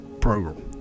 program